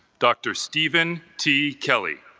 dr. steven t. kelly